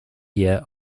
year